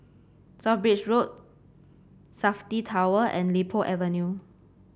South Bridge Road Safti Tower and Li Po Avenue